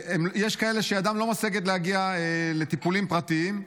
יש כאלה שידם לא משגת להגיע לטיפולים פרטיים,